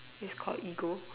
it's called ego